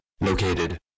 located